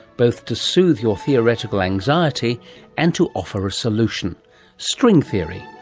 both to soothe your theoretical anxiety and to offer a solution string theory.